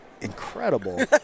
incredible